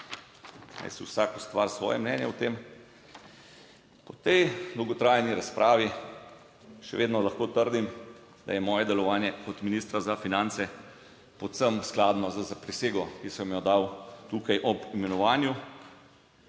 vsak ustvari svoje mnenje o tem. Po tej dolgotrajni razpravi še vedno lahko trdim, da je moje delovanje, kot ministra za finance povsem skladno z zaprisego, ki sem jo dal tukaj ob imenovanju.